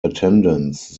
attendance